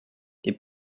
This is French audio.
est